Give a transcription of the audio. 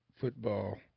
football